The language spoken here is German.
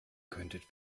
könntet